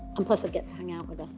and plus, i'd get to hang out with her.